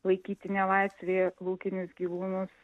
laikyti nelaisvėje laukinius gyvūnus